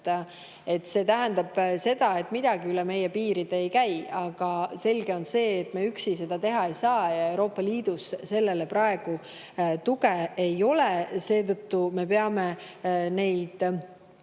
See tähendaks seda, et midagi üle meie piiride ei [viida]. Aga selge on see, et me üksi seda teha ei saa. Euroopa Liidus sellele praegu tuge ei ole, seetõttu me peame seda